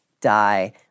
die